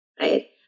Right